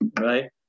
right